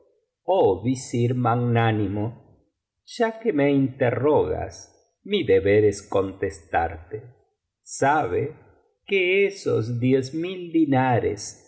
oh visir magnánimo ya que me interrogas mi deber es contestarte sabe que esos diez mil dinares